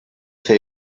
for